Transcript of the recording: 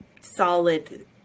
solid